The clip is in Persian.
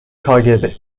کاگب